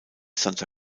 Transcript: santa